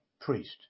priest